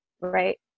right